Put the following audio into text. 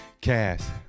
cast